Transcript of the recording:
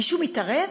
מישהו מתערב?